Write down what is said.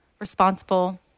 responsible